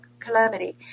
calamity